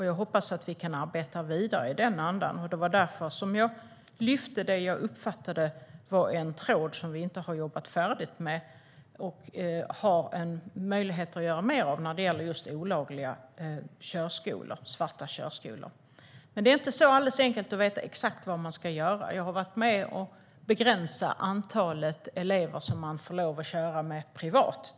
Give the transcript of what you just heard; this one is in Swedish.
Jag hoppas att vi kan arbeta vidare i den andan. Det var därför jag lyfte en tråd som jag uppfattade att vi inte hade jobbat färdigt med och som vi kunde göra mer av när jag tog upp olagliga körskolor, svarta körskolor. Men det är inte alldeles enkelt att veta exakt vad man ska göra. Jag har varit med om att begränsa det antal elever man får köra med privat.